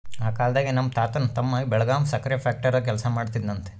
ಆ ಕಾಲ್ದಾಗೆ ನಮ್ ತಾತನ್ ತಮ್ಮ ಬೆಳಗಾಂ ಸಕ್ರೆ ಫ್ಯಾಕ್ಟರಾಗ ಕೆಲಸ ಮಾಡ್ತಿದ್ನಂತೆ